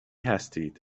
هستین